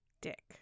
Dick